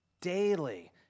daily